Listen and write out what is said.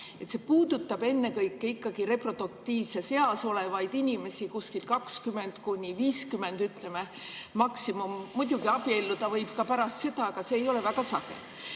See puudutab ennekõike ikkagi reproduktiivses eas olevaid inimesi, kuskil 20–50, ütleme, maksimum. Muidugi, abielluda võib ka pärast seda, aga see ei ole väga sage.